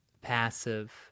passive